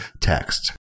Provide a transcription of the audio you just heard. text